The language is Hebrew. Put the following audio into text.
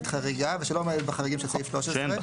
חריגה ושלא עומדת בחריגים של סעיף (13).